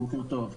בוקר טוב,